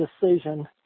decision